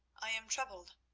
i am troubled.